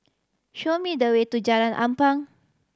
show me the way to Jalan Tampang